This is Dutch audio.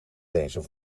lezen